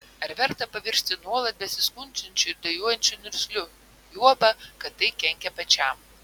ar verta pavirsti nuolat besiskundžiančiu ir dejuojančiu niurgzliu juoba kad tai kenkia pačiam